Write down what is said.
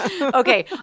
Okay